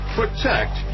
protect